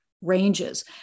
ranges